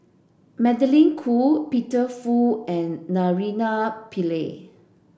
Magdalene Khoo Peter Fu and Naraina Pillai